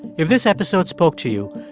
if this episode spoke to you,